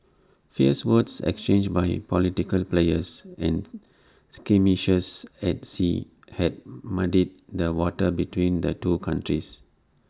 fierce words exchanged by political players and skirmishes at sea had muddied the waters between the two countries